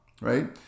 right